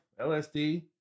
LSD